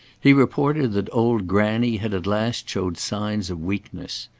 he reported that old granny had at last shown signs of weakness.